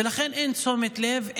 ולכן אין תשומת לב,